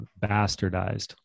bastardized